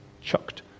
chucked